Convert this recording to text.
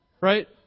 Right